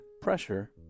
pressure